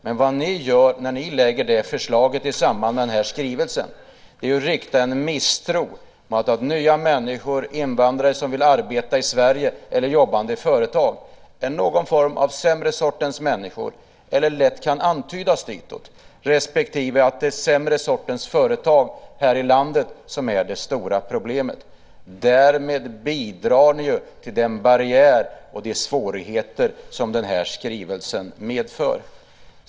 Men vad ni gör när ni lägger fram det här förslaget i samband med den här skrivelsen är att ni riktar en misstro mot nya människor, invandrare, som vill arbeta i Sverige eller jobba i företag. De är någon form av sämre sortens människor, eller kan lätt antydas vara det, och det är sämre sortens företag här i landet som är det stora problemet. Därmed bidrar ni till den barriär och de svårigheter som den här skrivelsen medför.